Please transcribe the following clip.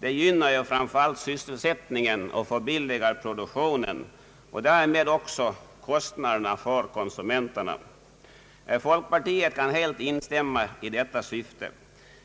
Detta gynnar framför allt sysselsättningen och förbilligar produktionen och därmed också kostnaderna för konsumenterna. Folkpartiet kan helt instämma i detta syfte.